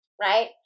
right